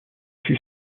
fut